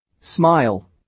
Smile